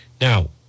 Now